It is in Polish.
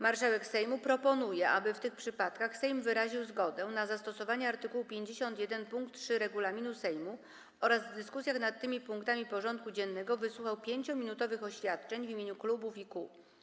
Marszałek Sejmu proponuje, aby w tych przypadkach Sejm wyraził zgodę na zastosowanie art. 51 pkt 3 regulaminu Sejmu oraz w dyskusjach nad tymi punktami porządku dziennego wysłuchał 5-minutowych oświadczeń w imieniu klubów i kół.